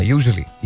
Usually